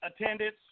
attendance